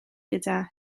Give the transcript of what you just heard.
gyda